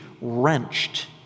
wrenched